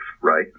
right